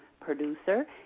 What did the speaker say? Producer